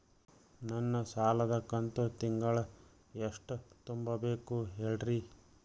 ನನ್ನ ಸಾಲದ ಕಂತು ತಿಂಗಳ ಎಷ್ಟ ತುಂಬಬೇಕು ಹೇಳ್ರಿ?